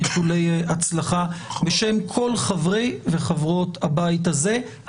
איחולי הצלחה בשם כל חברי וחברות הבית הזה.